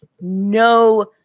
no